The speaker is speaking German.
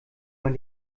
man